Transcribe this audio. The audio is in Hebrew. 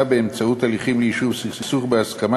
באמצעות הליכים ליישוב סכסוך בהסכמה,